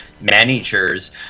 managers